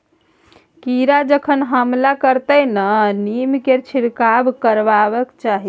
कीड़ा जखन हमला करतै तँ नीमकेर छिड़काव करबाक चाही